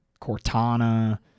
cortana